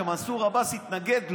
כשמנסור עבאס התנגד לו,